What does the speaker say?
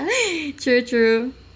true true